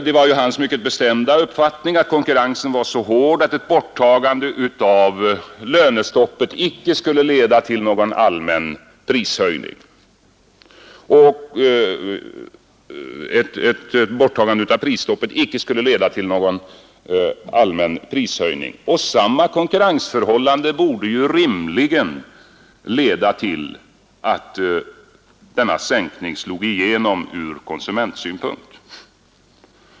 Det var ju hans mycket bestämda mening att konkurrensen var så hård att ett borttagande av prisstoppet icke skulle leda till någon allmän prishöjning. Samma konkurrensförhållande borde ju rimligen leda till att denna sänkning slog igenom ur konsumentsynpunkt.